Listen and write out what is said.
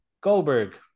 Goldberg